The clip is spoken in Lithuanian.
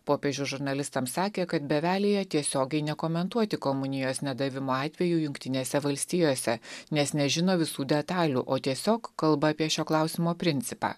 popiežius žurnalistams sakė kad bevelija tiesiogiai nekomentuoti komunijos nedavimo atvejų jungtinėse valstijose nes nežino visų detalių o tiesiog kalba apie šio klausimo principą